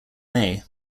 may